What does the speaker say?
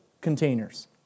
containers